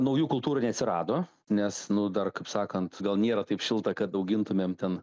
naujų kultūrų neatsirado nes nu dar kaip sakant gal nėra taip šilta kad augintumėm ten